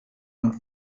und